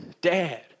dad